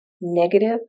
negative